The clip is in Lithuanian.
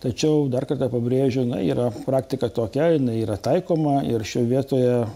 tačiau dar kartą pabrėžiu yra praktika tokia jinai yra taikoma ir šioje vietoje